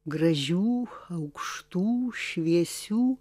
gražių aukštų šviesių